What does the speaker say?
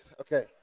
Okay